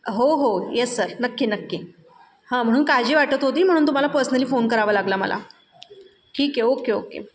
हो हो yes sir नक्की नक्की हां म्हणून काळजी वाटत होती म्हणून तुम्हाला पर्सनली फोन करावा लागला मला ठीक आहे ओके ओके